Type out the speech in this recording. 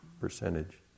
percentage